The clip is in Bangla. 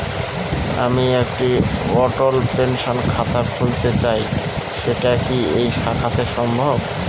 আমি একটি অটল পেনশন খাতা খুলতে চাই সেটা কি এই শাখাতে সম্ভব?